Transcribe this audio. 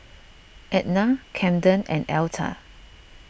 Ednah Camden and Elta